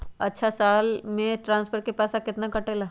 अछा साल मे ट्रांसफर के पैसा केतना कटेला?